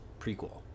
prequel